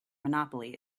monopoly